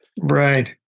Right